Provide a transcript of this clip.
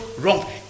wrong